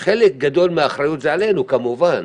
חלק גדול מהאחריות זה עלינו כמובן,